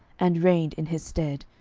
and reigned in his stead,